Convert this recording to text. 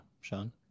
Sean